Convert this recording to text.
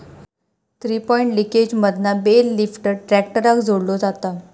three point लिंकेजमधना bale lifter ट्रॅक्टराक जोडलो जाता